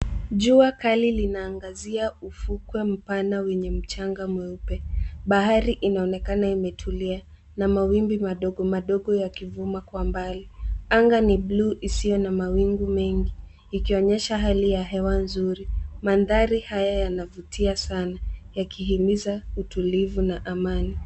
Jua kali linaangazia ufukwe mpana wenye mchanga mweupe. Bahari inaonekana imetulia na mawimbi madogomadogo yakivuma kwa mbali. Anga ni bluu isiyo na mawingu mengi ikionyesha hali ya hewa nzuri. Mandhari haya yanavutia sana yakihimiza utulivu na amani.